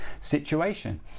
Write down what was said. situation